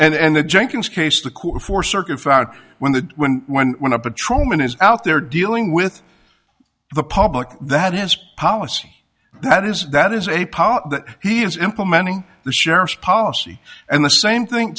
patrol and the jenkins case the court for circuit for out when the when when when a patrolman is out there dealing with the public that is policy that is that is a power that he is implementing the sheriff's policy and the same thing